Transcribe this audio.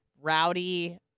rowdy